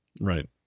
right